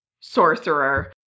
sorcerer